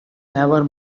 never